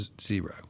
zero